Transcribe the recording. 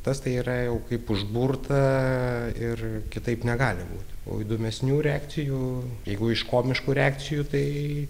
tas tai yra jau kaip užburta ir kitaip negali būti o įdomesnių reakcijų jeigu iš komiškų reakcijų tai